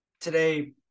today